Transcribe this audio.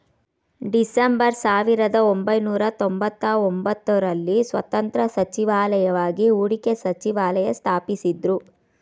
December ಸಾವಿರದಒಂಬೈನೂರ ತೊಂಬತ್ತಒಂಬತ್ತು ರಲ್ಲಿ ಸ್ವತಂತ್ರ ಸಚಿವಾಲಯವಾಗಿ ಹೂಡಿಕೆ ಸಚಿವಾಲಯ ಸ್ಥಾಪಿಸಿದ್ದ್ರು